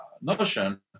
notion